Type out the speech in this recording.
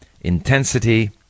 intensity